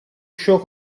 show